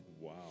Wow